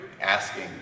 asking